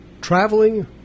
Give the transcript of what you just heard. traveling